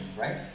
right